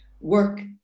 work